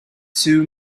two